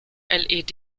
led